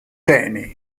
temi